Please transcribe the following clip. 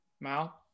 Mal